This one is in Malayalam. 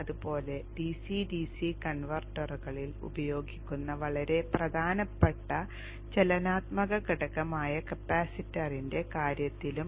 അതുപോലെ DC DC കൺവെർട്ടറുകളിൽ ഉപയോഗിക്കുന്ന വളരെ പ്രധാനപ്പെട്ട ചലനാത്മക ഘടകമായ കപ്പാസിറ്ററിന്റെ കാര്യത്തിലും